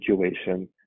situation